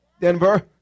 Denver